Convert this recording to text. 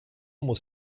muss